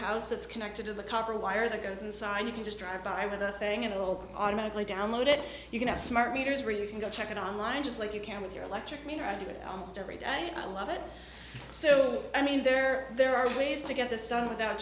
house that's connected to the copper wire that goes inside you can just drive by with the thing and it will automatically download it you can have smart meters where you can go check it on line just like you can with your electric meter i do it almost every day and i love it so i mean there there are ways to get this done without